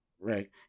right